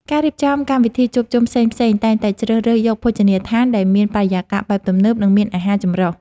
ការរៀបចំកម្មវិធីជួបជុំផ្សេងៗតែងតែជ្រើសរើសយកភោជនីយដ្ឋានដែលមានបរិយាកាសបែបទំនើប និងមានអាហារចម្រុះ។